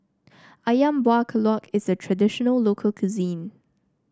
ayam Buah Keluak is a traditional local cuisine